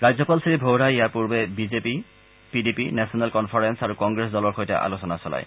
ৰাজ্যপাল শ্ৰীভোহৰাই ইয়াৰ পূৰ্বে বিজেপি পিডিপি নেচনেল কনফাৰেল আৰু কংগ্ৰেছ দলৰ সৈতে আলোচনা চলায়